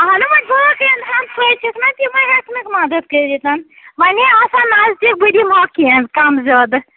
اَہَننُے وۄنۍ باقٕے ہَمساے چھِکھ نہ تِمَے ہیٚکنکھ مَدَد کٔرِتھ وۄنۍ ہے آسہٕ ہا نزدیٖک بہٕ دِمہٕ ہاکھ کیٚنٛہہ کَم زیادٕ